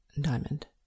diamond